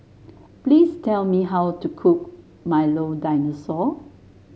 please tell me how to cook Milo Dinosaur